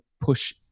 push